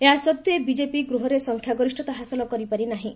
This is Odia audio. ଏହାସଡ୍ଜେ ବିଜେପି ଗୃହରେ ସଂଖ୍ୟାଗରିଷ୍ଠତା ହାସଲ କରିପାରି ନାହିଁ